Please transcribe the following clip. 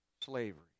slavery